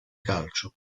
calcio